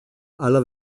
alla